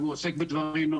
הוא עוסק בדברים,